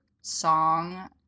song